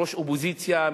ראש אופוזיציה,